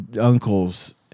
uncles